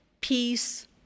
peace